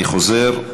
אני חוזר,